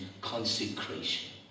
consecration